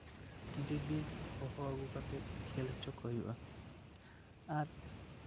ᱰᱮᱹᱞᱤ ᱦᱚᱦᱚ ᱟᱹᱜᱩ ᱠᱟᱛᱮᱜ ᱠᱷᱮᱞ ᱦᱚᱪᱚ ᱠᱚ ᱦᱩᱭᱩᱜᱼᱟ ᱟᱨ